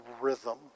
rhythm